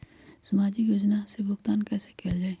सामाजिक योजना से भुगतान कैसे कयल जाई?